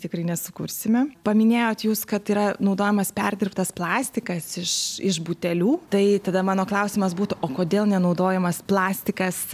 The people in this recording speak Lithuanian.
tikrai nesukursime paminėjot jūs kad yra naudojamas perdirbtas plastikas iš iš butelių tai tada mano klausimas būtų o kodėl nenaudojamas plastikas